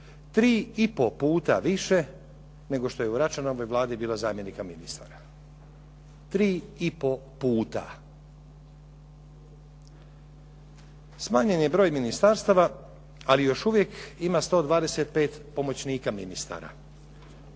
Tri i pol puta više nego što je u Račanovoj Vladi bilo zamjenika ministara. Tri i pol puta. Smanjen je broj ministarstava ali još uvijek ima 125 pomoćnika ministara.